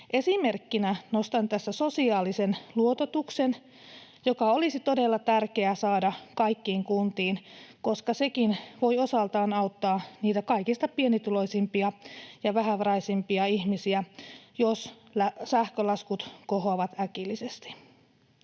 Esimerkkinä nostan tässä sosiaalisen luototuksen, joka olisi todella tärkeää saada kaikkiin kuntiin, koska sekin voi osaltaan auttaa niitä kaikista pienituloisimpia ja vähävaraisimpia ihmisiä, jos sähkölaskut kohoavat äkillisesti.